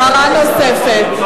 הבהרה נוספת: